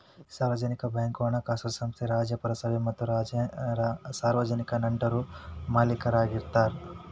ಸಾರ್ವಜನಿಕ ಬ್ಯಾಂಕ್ ಹಣಕಾಸು ಸಂಸ್ಥೆ ರಾಜ್ಯ, ಪುರಸಭೆ ಮತ್ತ ಸಾರ್ವಜನಿಕ ನಟರು ಮಾಲೇಕರಾಗಿರ್ತಾರ